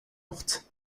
mortes